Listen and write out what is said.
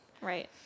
Right